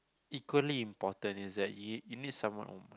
equally important is that you~ you need someone oh